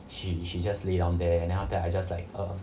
she she just lay down there and then after that I just like err